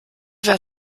wer